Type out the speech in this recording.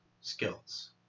skills